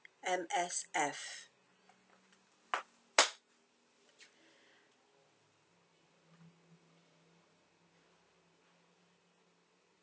M_S_F